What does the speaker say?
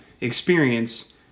experience